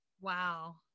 Wow